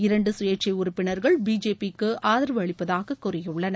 இரண்டு கயேட்சை உறுப்பினர்கள் பிஜேபிக்கு ஆதரவு அளிப்பதாக கூறியுள்ளனர்